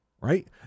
right